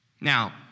Now